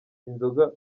inzoga